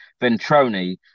Ventroni